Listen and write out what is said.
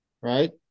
Right